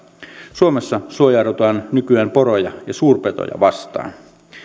suomessa suojaudutaan nykyään poroja ja suurpetoja vastaan